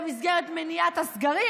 במסגרת מניעת הסגרים.